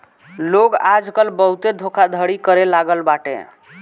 लोग आजकल बहुते धोखाधड़ी करे लागल बाटे